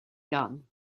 gun